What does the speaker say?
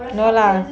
no lah